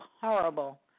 horrible